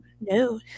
no